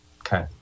Okay